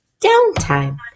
downtime